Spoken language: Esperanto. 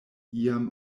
iam